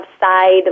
side